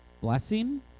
Blessing